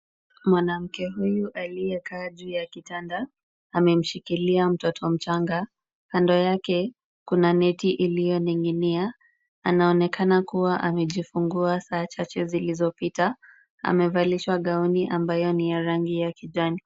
Mwanamke huyu aliyekaa juu ya kitanda amemshikilia mtoto mchanga. Kando yake kuna neti iliyoning'inia. Anaonekana kuwa amejifungua saa chache zilizopita. Amevalishwa gauni ambayo ni ya rangi ya kijani.